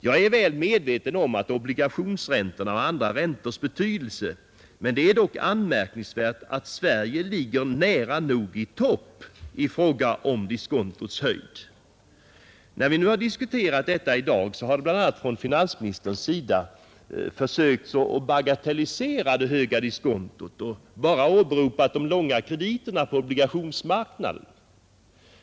Jag är väl medveten om obligationsräntornas och andra räntors betydelse, men det är anmärkningsvärt att Sverige ligger nära nog i topp när det gäller diskontots höjd. När vi diskuterat detta i dag har bl.a. finansministern försökt bagatellisera det höga diskontot och bara åberopat de långa krediterna på obligationsmarknaden.